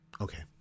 okay